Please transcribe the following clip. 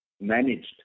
managed